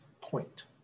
point